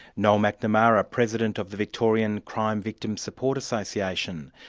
noel mcnamara, president of the victorian crime victim support association.